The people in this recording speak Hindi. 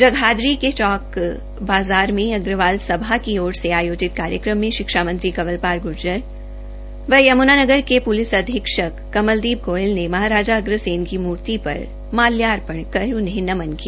जगाधरी के चौंक बजार में अग्रवाल सभा की ओर से आयोजित कार्यक्रम में शिक्षा मंत्री कवरपाल गुर्जर व यमुनानगर के पुलिस अधीक्षक कमलदीप गोयल ने महाराजा अग्रसेन की मूर्ति पर माल्यार्पण कर उन्हें नमन किया